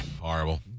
Horrible